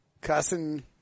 cussing